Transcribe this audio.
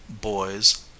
boys